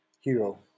hero